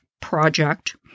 project